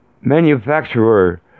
manufacturer